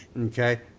Okay